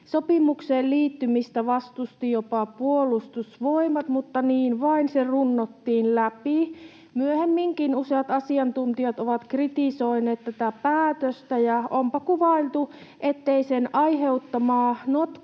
Sopimukseen liittymistä vastusti jopa Puolustusvoimat, mutta niin vain se runnottiin läpi. Myöhemminkin useat asiantuntijat ovat kritisoineet tätä päätöstä, ja onpa kuvailtu, ettei sen aiheuttamaa notkahdusta